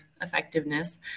effectiveness